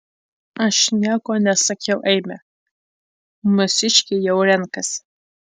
aš nieko nesakiau eime mūsiškiai jau renkasi